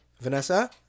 Vanessa